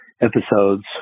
episodes